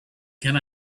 can